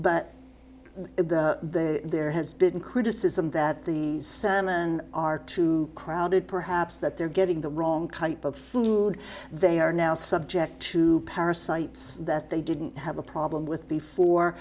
but there has been criticism that the are too crowded perhaps that they're getting the wrong type of food they are now subject to parasites that they didn't have a problem with before